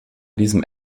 diesem